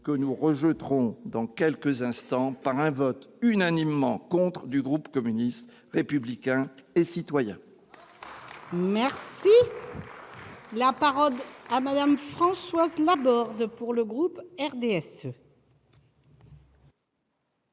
que nous rejetterons dans quelques instants par un vote unanimement contre du groupe communiste républicain et citoyen. Bravo ! La parole est à Mme Françoise Laborde. Madame la